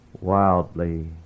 Wildly